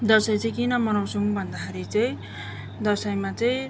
दसैँ चाहिँ किन मनाउँछौँ भन्दाखेरि चाहिँ दसैँमा चाहिँ